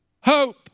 Hope